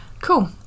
Cool